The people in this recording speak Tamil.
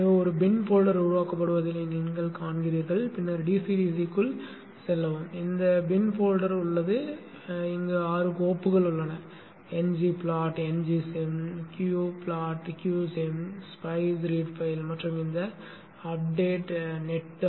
எனவே ஒரு பின் போல்டெர் உருவாக்கப்படுவதை நீங்கள் காண்கிறீர்கள் பின்னர் dc dc க்குள் செல்லவும் இந்த பின் போல்டெர் உள்ளது இங்கு ஆறு கோப்புகள் உள்ளன ng plot ngsim qplot qsim spice read file மற்றும் இந்த updatenet